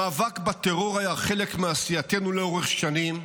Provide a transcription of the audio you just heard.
המאבק בטרור היה חלק מעשייתנו לאורך שנים,